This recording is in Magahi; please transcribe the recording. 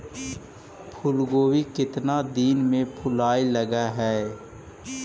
फुलगोभी केतना दिन में फुलाइ लग है?